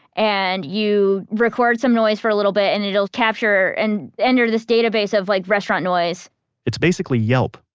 and you record some noise for a little bit, and it will capture and enter this database of like restaurant noise it's basically yelp,